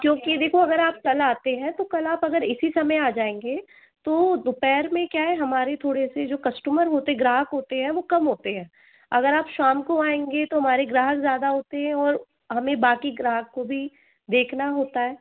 क्योंकि देखो अगर आप कल आते हैं तो कल आप अगर इसी समय आ जाएँगे तो दोपहर में क्या है हमारे थोड़े से जो कस्टमर होते हैं ग्राहक होते हैं वो कम होते हैं अगर आप शाम को आएँगे तो हमारे ग्राहक ज़्यादा होते हैं और हमें बाकी ग्राहक को भी देखना होता है